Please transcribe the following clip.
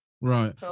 right